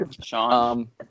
Sean